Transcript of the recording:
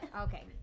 Okay